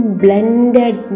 blended